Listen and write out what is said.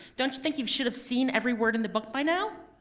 don't you think you should have seen every word in the book by now?